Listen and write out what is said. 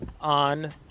on